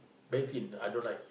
very thin I don't like